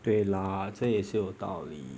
对啦这也是有道理